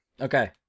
Okay